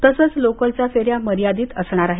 तसंच लोकलच्या फेऱ्या मर्यादित असणार आहेत